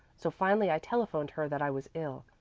so finally i telephoned her that i was ill.